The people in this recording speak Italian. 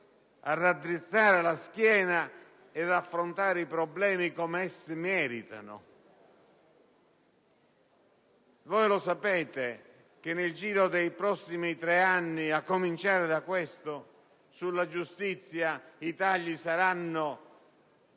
a raddrizzare la schiena e ad affrontare i problemi come essi meritano? Sapete che nel giro dei prossimi tre anni, a cominciare da quello corrente, i tagli di